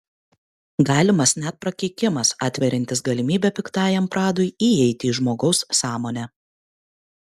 galimas net prakeikimas atveriantis galimybę piktajam pradui įeiti į žmogaus sąmonę